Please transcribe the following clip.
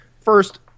First